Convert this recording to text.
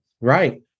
right